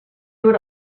would